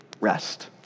rest